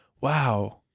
wow